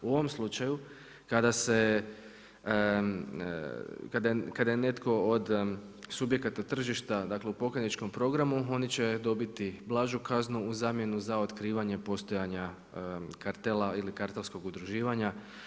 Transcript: U ovom slučaju, kada se kada je netko od subjekata tržišta u pokajničkom programu, oni će dobiti blažu kaznu u zamjenu za otkrivanje postojanje kartela ili kartonskog udruživanja.